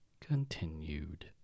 Continued